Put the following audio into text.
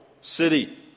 City